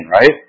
right